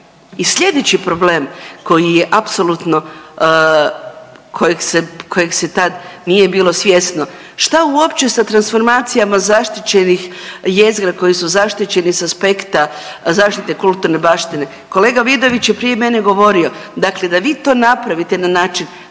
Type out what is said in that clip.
I sljedeći problem koji je apsolutno, kojeg se tad nije bilo svjesno, šta uopće sa transformacijama zaštićenih jezgra koje su zaštićene s aspekta kulturne baštine, kolega Vidović je prije mene govorio, dakle da vi to napravite na način,